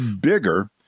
bigger